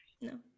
No